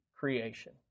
creation